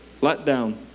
letdown